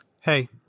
Hey